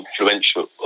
influential